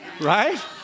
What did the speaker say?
Right